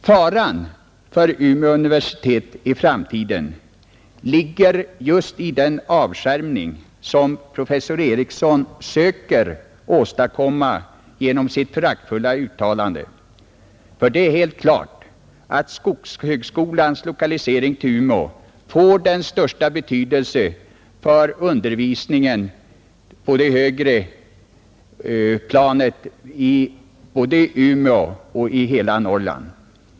Faran för Umeå universitet i framtiden ligger just i den avskärmning som professor Ericson söker åstadkomma genom sitt föraktfulla uttalande — för det är helt klart att skogshögskolans lokalisering till Umeå får den största betydelse för den högre undervisningen både i Umeå och i Norrland i dess helhet.